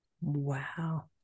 wow